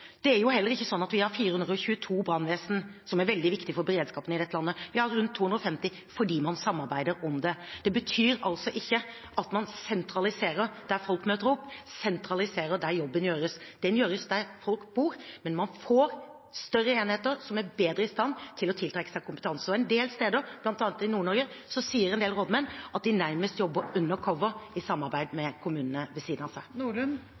Det er heller ikke sånn at vi har 422 brannvesen – som er veldig viktig for beredskapen i dette landet – vi har rundt 250, fordi man samarbeider om det. Det betyr ikke at man sentraliserer der folk møter opp, sentraliserer der jobben gjøres – den gjøres der folk bor – men man får større enheter som er bedre i stand til å tiltrekke seg kompetanse. En del steder, bl.a. i Nord-Norge, sier en del rådmenn at de nærmest jobber «undercover» i samarbeid med kommunene ved siden av seg. Willfred Nordlund